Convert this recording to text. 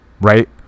right